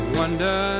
wonder